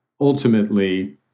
ultimately